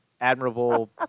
admirable